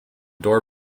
door